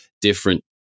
different